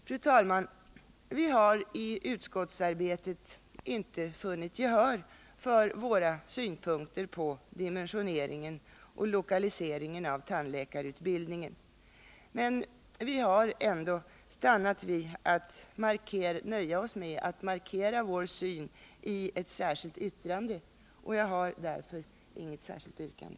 Fru talman! Vi har i utskottsarbetet inte vunnit gehör för våra synpunkter på dimensioneringen och lokaliseringen av tandläkarutbildningen, men vi har ändå nöjt oss med att markera vår syn i ett särskilt yttrande. Jag har därför inget yrkande.